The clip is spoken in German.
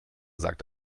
sagt